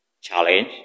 challenge